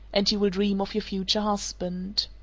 and you will dream of your future husband.